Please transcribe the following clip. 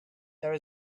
there